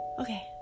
Okay